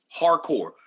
Hardcore